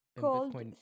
called